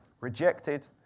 rejected